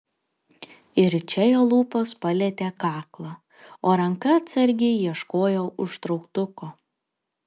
ir čia jo lūpos palietė kaklą o ranka atsargiai ieškojo užtrauktuko